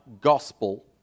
gospel